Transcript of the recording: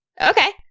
Okay